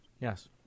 Yes